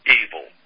evil